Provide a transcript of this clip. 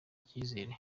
icyizere